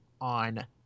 on